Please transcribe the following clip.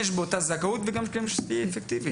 באותה זכאות וגם שהיא תהיה אפקטיבית.